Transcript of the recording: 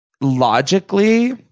logically